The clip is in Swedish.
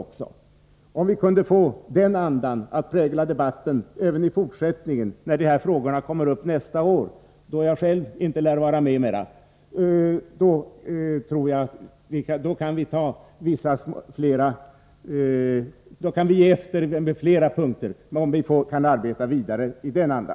Om vi kunde få den andan att prägla debatten även i fortsättningen, när de här frågorna kommer upp nästa år — då jag själv inte lär vara med längre — tror jag att vi ömsevis kan ge efter på flera punker. Låt oss alltså arbeta vidare i denna anda.